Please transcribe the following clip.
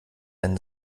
ein